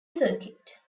circuit